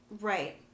Right